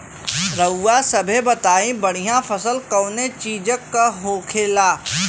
रउआ सभे बताई बढ़ियां फसल कवने चीज़क होखेला?